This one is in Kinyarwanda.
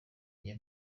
njye